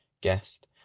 Guest